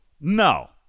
No